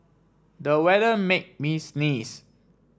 the weather made me sneeze